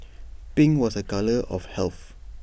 pink was A colour of health